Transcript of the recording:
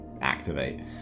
activate